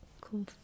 cool